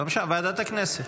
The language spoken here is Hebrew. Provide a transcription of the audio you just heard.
לא משנה, ועדת הכנסת.